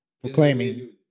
proclaiming